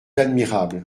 admirable